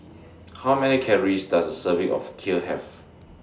How Many Calories Does Serving of Kheer Have